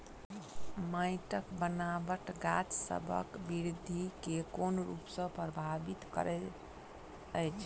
माइटक बनाबट गाछसबक बिरधि केँ कोन रूप सँ परभाबित करइत अछि?